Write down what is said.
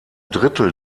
drittel